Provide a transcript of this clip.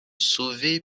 sauvé